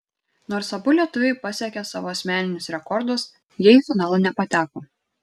nors abu lietuviai pasiekė savo asmeninius rekordus jie į finalą nepateko